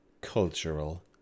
cultural